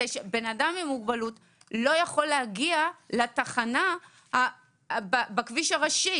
בן אדם עם מוגבלות לא יכול להגיע לתחנה בכביש הראשי,